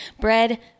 bread